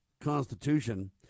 constitution